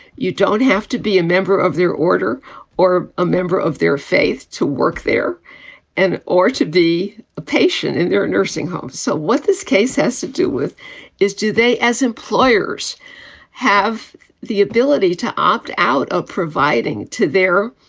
you don't have to be a member of their order or a member of their faith to work there and or to be a patient in their nursing home. so what this case has to do with is do they as employers have the ability to opt out of providing to their,